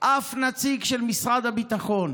ואף נציג של משרד הביטחון.